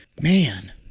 man